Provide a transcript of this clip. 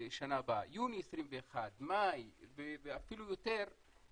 2021 ואפילו מאוחר יותר